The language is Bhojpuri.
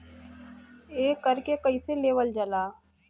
एकरके कईसे लेवल जाला?